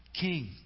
king